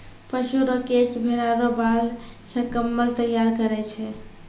पशु रो केश भेड़ा रो बाल से कम्मल तैयार करै छै